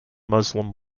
muslim